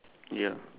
ya